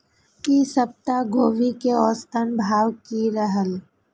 ई सप्ताह गोभी के औसत भाव की रहले?